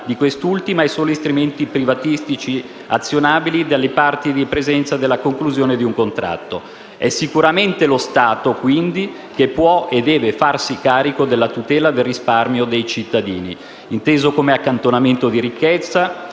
di quest'ultima ai soli strumenti privatistici azionabili dalle parti in presenza della conclusione di un contratto». È sicuramente lo Stato, quindi, che può e deve farsi attivamente carico della tutela del risparmio dei cittadini. Inteso come accantonamento di ricchezza,